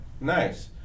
nice